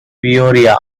peoria